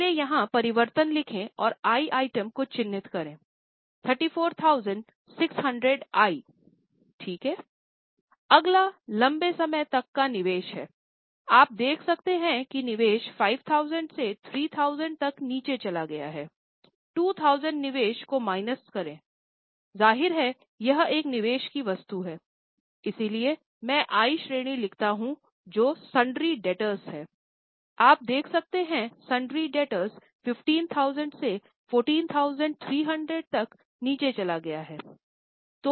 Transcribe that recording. इसलिए यहां परिवर्तन लिखें और आई आइटम को चिह्नित करें 34600 आई ठीक है I अगला लंबे समय तक का निवेश है आप देख सकते हैं कि निवेश 5000 से 3000 तक नीचे चला गया हैI 2000 निवेश को माइनस करे जाहिर है यह एक निवेश की वस्तु है इसलिए मैं आई श्रेणी लिखता हूँ जो सुन्दर्य डेब्टर्स 15000 से 14300 तक नीचे चले गए हैं